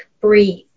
breathe